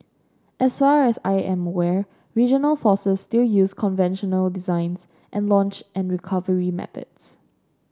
as far as I am aware regional forces still use conventional designs and launch and recovery methods